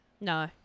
No